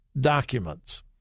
documents